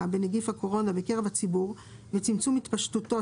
בנגיף הקורונה בקרב הציבור וצמצום התפשטותו,